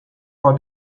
for